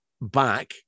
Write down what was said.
back